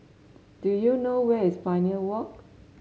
do you know where is Pioneer Walk